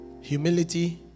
Humility